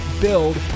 build